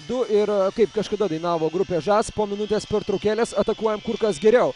du ir kaip kažkada dainavo grupė žas po minutės pertraukėlės atakuojam kur kas geriau